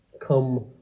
come